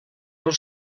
del